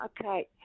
Okay